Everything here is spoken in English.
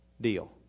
deal